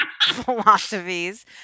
philosophies